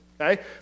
okay